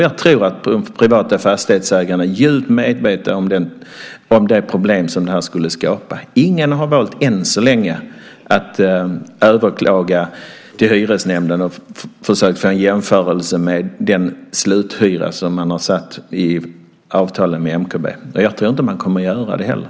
Jag tror att de privata fastighetsägarna är djupt medvetna om det problem som det skulle skapa. Ingen har än så länge valt att överklaga till hyresnämnden och försökt få en jämförelse med den sluthyra som man har satt i avtalen med MKB. Och jag tror inte att man kommer att göra det heller.